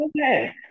Okay